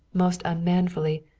most unmanfully,